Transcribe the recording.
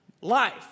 life